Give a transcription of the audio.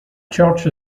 church